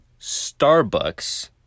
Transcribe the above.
Starbucks